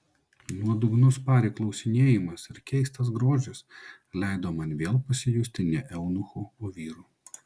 nuodugnus pari klausinėjimas ir keistas grožis leido man vėl pasijusti ne eunuchu o vyru